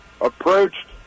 approached